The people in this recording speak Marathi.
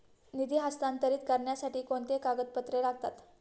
निधी हस्तांतरित करण्यासाठी कोणती कागदपत्रे लागतात?